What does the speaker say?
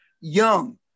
young